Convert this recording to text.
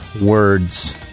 words